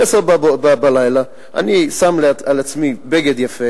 ב-22:00 אני שם על עצמי בגד יפה